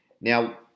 Now